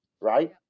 right